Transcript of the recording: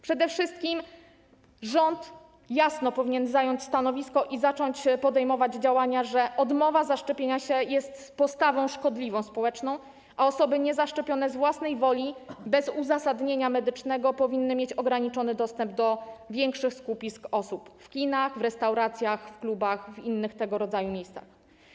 Przede wszystkim rząd powinien zająć jasne stanowisko i zacząć podejmować działania związane z tym, że odmowa zaszczepienia się jest postawą szkodliwą społecznie, a osoby niezaszczepione z własnej woli bez uzasadnienia medycznego powinny mieć ograniczony dostęp do większych skupisk osób: w kinach, w restauracjach, w klubach, w innych tego rodzaju miejscach.